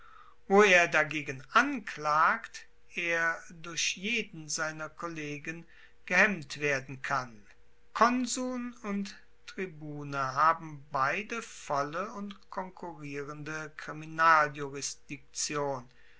wo er dagegen anklagt er durch jeden seiner kollegen gehemmt werden kann konsuln und tribune haben beide volle und konkurrierende